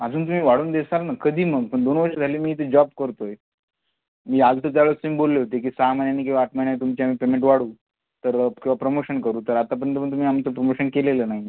अजून तुम्ही वाढवून देशाल ना कधी मग पण दोन वर्षं झाले मी इथे जॉब करतो आहे मी आलो होतो त्यावेळेस तुम्ही बोलले होते की सहा महिन्यानी किंवा आठ महिन्यानी तुमचे आम्ही पेमेंट वाढवू तर प्र प्रमोशन करू तर आतापर्यंत पण तुम्ही आमचं प्रमोशन केलेलं नाही